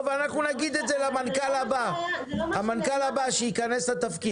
טוב, אנחנו נגיד את זה למנכ"ל הבא שייכנס לתפקיד.